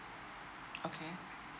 okay